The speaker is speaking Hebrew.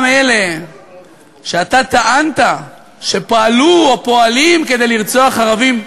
אלה שאתה טענת שפעלו או פועלים כדי לרצוח ערבים,